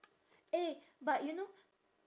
eh but you know